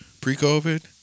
pre-COVID